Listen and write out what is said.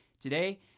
today